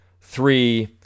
three